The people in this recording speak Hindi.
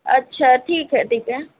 अच्छा ठीक है ठीक है